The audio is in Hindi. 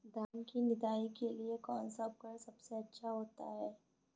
धान की निदाई के लिए कौन सा उपकरण सबसे अच्छा होता है?